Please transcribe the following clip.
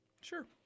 Sure